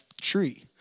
tree